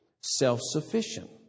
Self-sufficient